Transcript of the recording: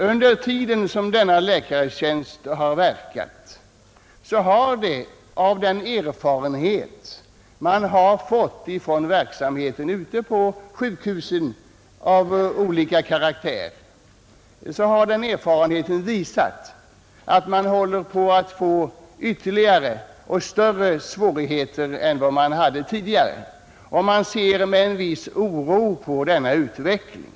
Under den tid som denna utredning verkat har erfarenheten ute på sjukhusen visat att man håller på att få ytterligare och större svårigheter än man hade tidigare. Man ser med stor oro på denna utveckling.